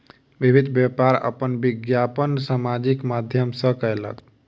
विभिन्न व्यापार अपन विज्ञापन सामाजिक माध्यम सॅ कयलक